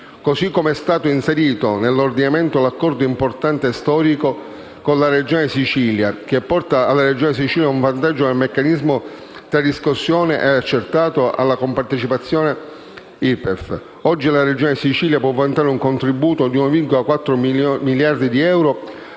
Così come è stato inserito nell'ordinamento l'accordo importante, storico, con la Regione Sicilia, che porta alla Sicilia un vantaggio nel meccanismo tra riscosso ed accertato della compartecipazione IRPEF. Oggi la Regione Sicilia può vantare il contributo di 1,4 miliardi di euro